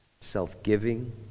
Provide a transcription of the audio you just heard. self-giving